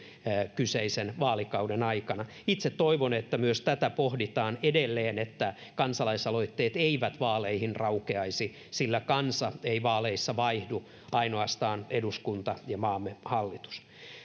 kyseisen vaalikauden aikana itse toivon että myös tätä pohditaan edelleen että kansalaisaloitteet eivät vaaleihin raukeaisi sillä kansa ei vaaleissa vaihdu ainoastaan eduskunta ja maamme hallitus